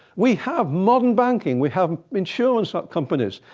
we have modern banking, we have insurance ah companies,